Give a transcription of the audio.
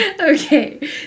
okay